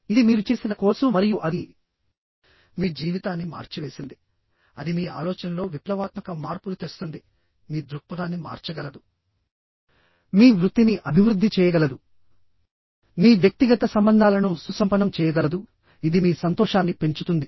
ఇది మీరు చేసిన ఒకే ఒక కోర్సు కావచ్చు మరియు అది మీ జీవితాన్ని మార్చివేసింది అది మీ ఆలోచనలో విప్లవాత్మక మార్పులు తెస్తుంది మీ దృక్పథాన్ని మార్చగలదు ఇది మీ వృత్తిని అభివృద్ధి చేయగలదు మీ వృత్తిని సుసంపన్నం చేయగలదు మీ వ్యక్తిగత సంబంధాలను సుసంపనం చేయగలదు ఇది మీ సంతోషాన్ని పెంచుతుంది